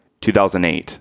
2008